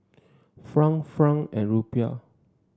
franc franc and Rupiah